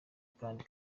kandi